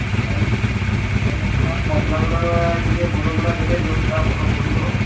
ଆଉ ଆଉ ମସଲା ମସଲାଗୁଡ଼ାକ ଟିକିଏ ଭଲ ଗୁଡ଼ା ଦେବେ ଯେଉଁଟା ଟିକିଏ ଭଲ ପଡ଼ିବ